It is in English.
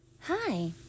Hi